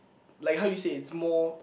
like how you say it's more